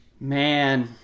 Man